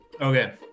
Okay